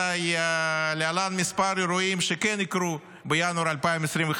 אזי להלן מספר אירועים שכן יקרו בינואר 2025: